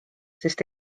sest